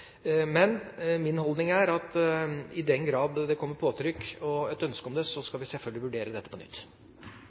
Men min holdning er at i den grad det kommer påtrykk og et ønske om det, skal vi selvfølgelig vurdere dette på nytt.